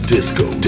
Disco